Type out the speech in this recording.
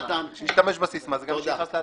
מי שישתמש בסיסמה זה גם מי שנכנס לאתר.